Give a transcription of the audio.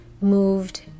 moved